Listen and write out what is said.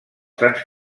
sants